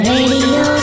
Radio